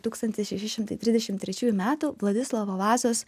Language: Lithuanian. tūkstantis šeši šimtai trisdešim trečiųjų metų vladislovo vazos